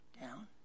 down